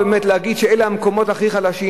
להגיד שהמקומות האלה הם המקומות הכי חלשים.